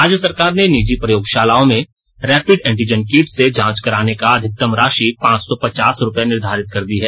राज्य सरकार ने निजी प्रयोगशालाओं में रैपिड एंटीजन किट से जांच कराने पर अधिकतम राशि पांच सौ पचास रुपए निर्धारित कर दी है